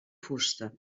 fusta